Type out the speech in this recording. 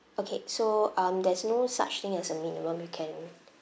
okay so um there's no such thing as a minimum we can